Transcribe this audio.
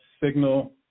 signal